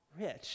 rich